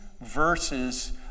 verses